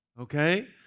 Okay